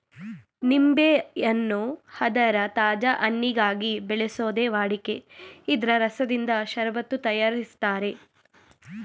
ನಿಂಬೆಯನ್ನು ಅದರ ತಾಜಾ ಹಣ್ಣಿಗಾಗಿ ಬೆಳೆಸೋದೇ ವಾಡಿಕೆ ಇದ್ರ ರಸದಿಂದ ಷರಬತ್ತು ತಯಾರಿಸ್ತಾರೆ